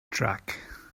truck